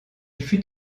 fut